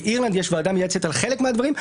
באירלנד יש ועדה מייעצת על חלק מהדברים,